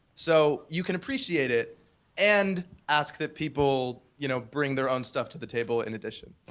so you can appreciate it and ask the people, you know bring their own stuff to the table, in addition.